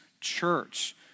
church